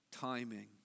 timing